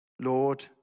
Lord